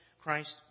Christ